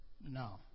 No